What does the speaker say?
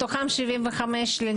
מתוכם 75 לניתוחים,